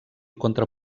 contra